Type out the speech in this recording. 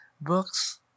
Books